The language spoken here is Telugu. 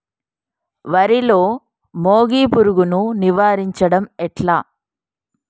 వరిలో మోగి పురుగును నివారించడం ఎట్లా?